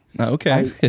okay